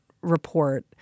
report